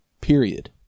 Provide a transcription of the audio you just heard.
period